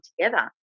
together